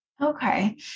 Okay